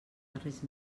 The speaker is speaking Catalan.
darrers